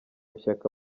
ishyaka